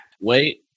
Wait